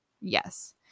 Yes